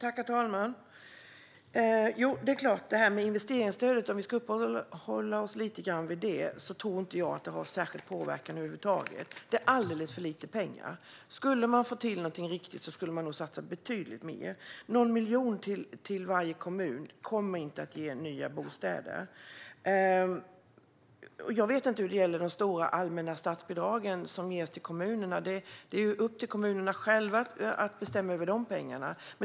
Herr talman! Jag tror inte att investeringsstödet - om vi ska uppehålla oss vid det en liten stund - har någon särskilt stor påverkan över huvud taget. Det handlar om alldeles för lite pengar. För att få till någonting ordentligt skulle man behöva satsa betydligt mer. Någon miljon till varje kommun kommer inte att ge nya bostäder. Vad gäller de stora allmänna statsbidrag som ges till kommunerna är det ju upp till kommunerna själva att bestämma över dessa pengar.